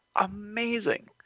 amazing